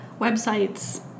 websites